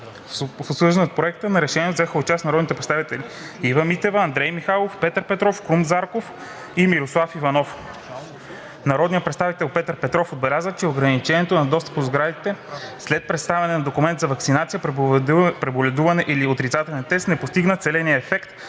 В обсъждането на Проекта на решение взеха участие народните представители Ива Митева, Андрей Михайлов, Петър Петров, Крум Зарков и Мирослав Иванов. Народният представител Петър Петров отбеляза, че ограничението на достъпа до сградите след представяне на документ за ваксинация, преболедуване или отрицателен тест не постига целения ефект